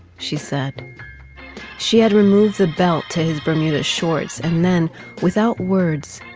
she said she had removed the belt to his bermuda shorts and then without words.